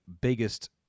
biggest